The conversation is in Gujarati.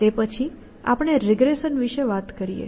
તે પછી આપણે રીગ્રેસન વિશે વાત કરીએ